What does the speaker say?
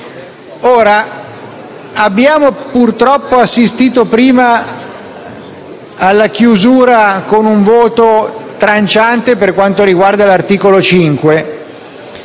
terzo. Abbiamo purtroppo assistito prima alla chiusura del confronto con un voto tranciante per quanto riguarda l'articolo 5.